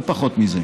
לא פחות מזה.